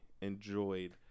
enjoyed